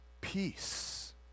peace